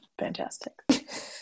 fantastic